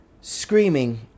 Screaming